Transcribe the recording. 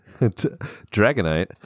Dragonite